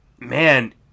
Man